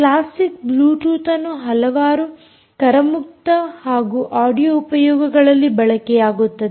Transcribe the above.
classic ಬ್ಲೂಟೂತ್ಅನ್ನು ಹಲವಾರು ಕರಮುಕ್ತ ಹಾಗೂ ಆಡಿಯೋ ಉಪಯೋಗದಲ್ಲಿ ಬಳಕೆಯಾಗುತ್ತದೆ